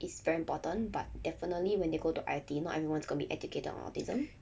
is very important but definitely when they go to I_T_E not everyone's gonna be educated on autism